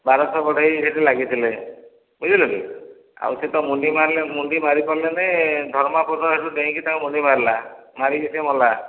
ବାରଶହ ବଢ଼େଇ ସେଇଠି ଲାଗିଥିଲେ ବୁଝିଲୁକି ଆଉ ସେ ତ ମୁଣ୍ଡି ମାରିଲେ ମାରିପାରିଲେନି ଧର୍ମପଦ ସେଇଠୁ ଡ଼େଇଁକି ତାଙ୍କ ମୁଣ୍ଡି ମାରିଲା ମାରିକି ସେ ମଲା